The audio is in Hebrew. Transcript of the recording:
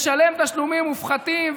לשלם תשלומים מופחתים,